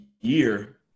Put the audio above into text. year